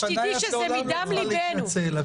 אבל שתדעי שזה מדם ליבנו.